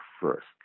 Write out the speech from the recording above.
first